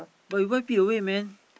but you wipe it away man